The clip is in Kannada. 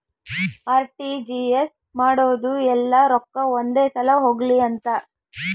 ಅರ್.ಟಿ.ಜಿ.ಎಸ್ ಮಾಡೋದು ಯೆಲ್ಲ ರೊಕ್ಕ ಒಂದೆ ಸಲ ಹೊಗ್ಲಿ ಅಂತ